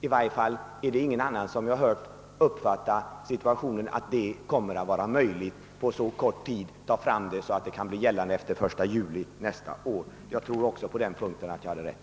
I varje fall har vi inte hört att någon annan uppfattat situationen så att arbetet kan bli färdigt så tidigt att dess resultat kan leda till åtgärder redan strax efter den 1 juli nästa år. Jag tror att jag också på den här punkten har rätt.